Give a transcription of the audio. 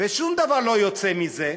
ושום דבר לא יוצא מזה,